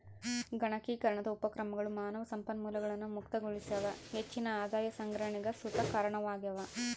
ಗಣಕೀಕರಣದ ಉಪಕ್ರಮಗಳು ಮಾನವ ಸಂಪನ್ಮೂಲಗಳನ್ನು ಮುಕ್ತಗೊಳಿಸ್ಯಾವ ಹೆಚ್ಚಿನ ಆದಾಯ ಸಂಗ್ರಹಣೆಗ್ ಸುತ ಕಾರಣವಾಗ್ಯವ